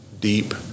deep